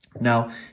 Now